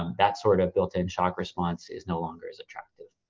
um that sort of built in shock response is no longer as attractive.